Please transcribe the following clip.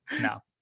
No